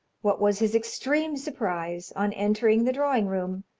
what was his extreme surprise, on entering the drawing-room,